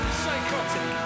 psychotic